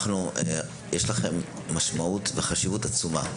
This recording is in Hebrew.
יש לכם משמעות וחשיבות עצומה.